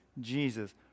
Jesus